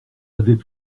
avaient